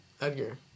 Edgar